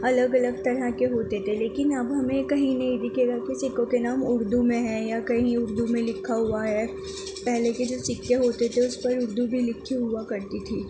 الگ الگ طرح کے ہوتے تھے لیکن اب ہمیں کہیں نہیں دکھے گا کسی کو کہ نام اردو میں ہے یا کہیں اردو میں لکھا ہوا ہے پہلے کے جو سکے ہو تے تھے اس پہ اردو بھی لکھی ہوا کرتی تھی